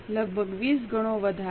લગભગ 20 ગણો વધારો